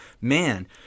man